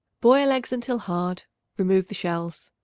boil eggs until hard remove the shells.